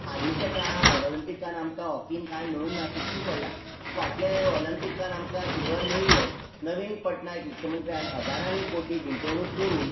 हालींच्या काळार ऑल्मपिकांत आमकां हॉकींत कांय मेळूक ना सुकी पडलां फाटले ऑल्मपिकांत आमकां सिल्वर मेळिल्लें नवीन पटना ह्या मुख्यमंत्र्यान हजारांनी कोटी गुंतवणूक करून